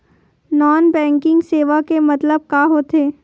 Non banking सेवा के मतलब का होथे?